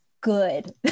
good